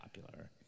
popular